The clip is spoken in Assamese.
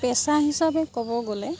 পেচা হিচাপে ক'ব গ'লে